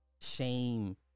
shame